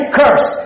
curse